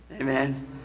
Amen